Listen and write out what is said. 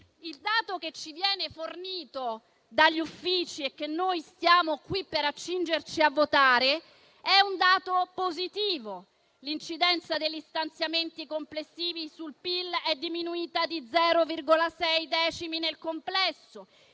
il dato che ci viene fornito dagli Uffici e che noi ci stiamo accingendo a votare è positivo: l'incidenza degli stanziamenti complessivi sul PIL è diminuita di sei decimi nel complesso;